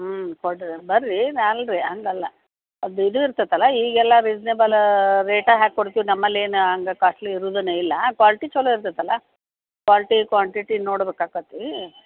ಹ್ಞೂ ಕೊಡಿರಿ ಬನ್ರಿ ನಾ ಅಲ್ರಿ ಹಾಗಲ್ಲ ಅದು ಇದು ಇರ್ತದಲ ಈಗೆಲ್ಲ ರಿಜ್ನೇಬಲ್ ರೇಟ ಹಾಕಿ ಕೊಡ್ತೀವಿ ನಮ್ಮಲ್ಲೇನು ಹಂಗೆ ಕಾಸ್ಟ್ಲಿ ಇರೂದೇನು ಇಲ್ಲ ಕ್ವಾಲ್ಟಿ ಚೊಲೋ ಇರ್ತೈತಲ ಕ್ವಾಲ್ಟಿ ಕ್ವಾಂಟಿಟಿ ನೋಡಬೇಕಾಕತೀ